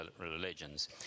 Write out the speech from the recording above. religions